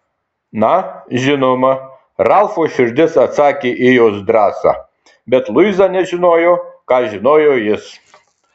na žinoma ralfo širdis atsakė į jos drąsą bet luiza nežinojo ką žinojo jis